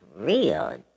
real